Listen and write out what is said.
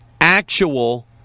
actual